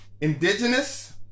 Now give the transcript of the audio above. indigenous